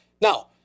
Now